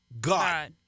God